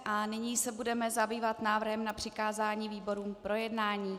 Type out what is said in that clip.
A nyní se budeme zabývat návrhem na přikázání výborům k projednání.